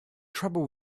trouble